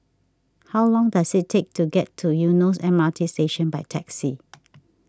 how long does it take to get to Eunos M R T Station by taxi